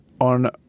on